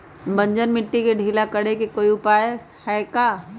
बंजर मिट्टी के ढीला करेके कोई उपाय है का?